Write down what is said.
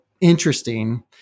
interesting